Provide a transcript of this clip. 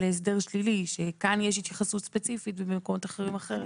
להסדר שלישי שכאן יש התייחסות ספציפית ובמקומות אחרים אחרת?